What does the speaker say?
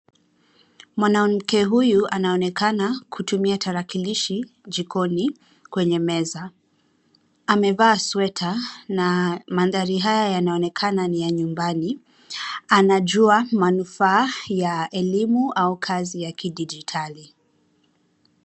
Mwanamke huyu anaonekana kutumia tarakilishi jikoni kwenye meza. Amevaa sweta na mandhari haya yanaonekana ni ya nyumbani. Anajua manufaa ya elimu au kazi ya kidijitali.